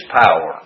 power